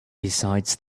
besides